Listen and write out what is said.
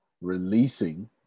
releasing